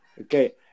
okay